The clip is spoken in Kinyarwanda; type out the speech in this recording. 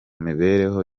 mibereho